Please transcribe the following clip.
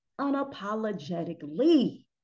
unapologetically